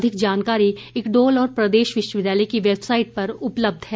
अधिक जानकारी इक्डोल और प्रदेश विश्वविद्यालय के वैबसाईट पर उपलब्ध है